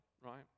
right